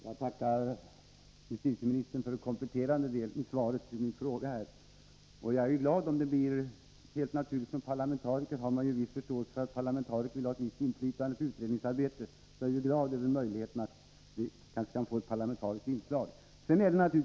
Herr talman! Jag tackar justitieministern för det kompletterande svaret på min fråga. Som parlamentariker har man helt naturligt förståelse för att parlamentariker vill ha ett visst inflytande på utredningsarbetet, så jag är glad över att vi kanske kan få ett parlamentariskt inslag.